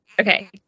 Okay